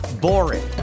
boring